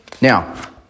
Now